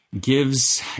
gives